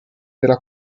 della